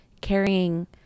carrying